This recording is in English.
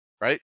right